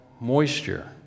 moisture